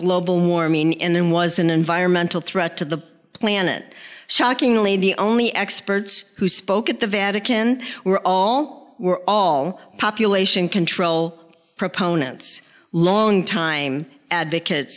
global warming in and was an environmental threat to the planet shockingly the only experts who spoke at the vatican were all were all population control proponents long time advocate